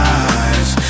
eyes